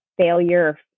failure